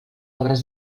obres